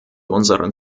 unseren